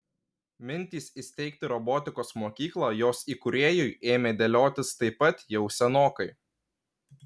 mintys įsteigti robotikos mokyklą jos įkūrėjui ėmė dėliotis taip pat jau senokai